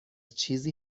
چیزی